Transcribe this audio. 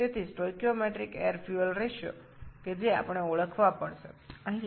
সুতরাং স্টোচিওমেট্রিক বায়ু ও জ্বালানী অনুপাত যা আমাদের সনাক্ত করতে হবে